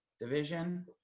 division